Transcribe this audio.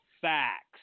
Facts